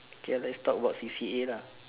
okay let's talk about C_C_A lah